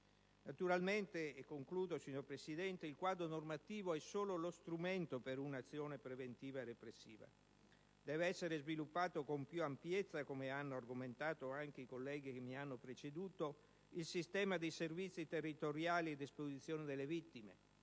Naturalmente, e concludo, signor Presidente, il quadro normativo è solo lo strumento per un'azione preventiva e repressiva. Deve essere sviluppato con più ampiezza, come hanno argomentato anche i colleghi che mi hanno preceduto, il sistema dei servizi territoriali a disposizione delle vittime,